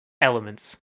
elements